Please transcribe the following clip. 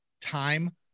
time